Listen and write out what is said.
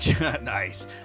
Nice